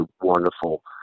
wonderful